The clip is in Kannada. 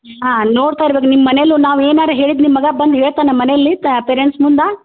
ಹಾಂ ನೋಡ್ತಾ ಇರ್ಬೇಕು ನಿಮ್ಮ ಮನೇಲಿ ನಾವು ಏನಾರು ಹೇಳಿದ್ದು ನಿಮ್ಮ ಮಗ ಬಂದು ಹೇಳ್ತಾನಾ ಮನೇಲ್ಲಿ ತ ಪೇರೆಂಟ್ಸ್ ಮುಂದೆ